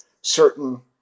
certain